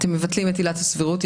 אתם מבטלים את עילת הסבירות,